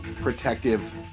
protective